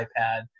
iPad